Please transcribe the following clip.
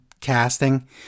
casting